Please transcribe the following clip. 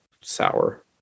sour